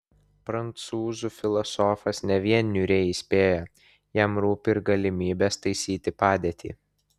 prancūzų filosofas ne vien niūriai įspėja jam rūpi ir galimybės taisyti padėtį